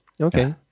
Okay